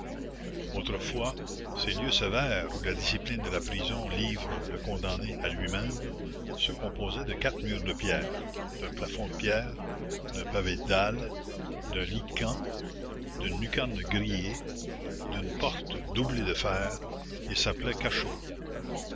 autrefois ces lieux sévères où la discipline de la prison livre le condamné à lui-même se composaient de quatre murs de pierre d'un plafond de pierre d'un pavé de dalles d'un lit de camp d'une lucarne grillée d'une porte doublée de fer et s'appelaient cachots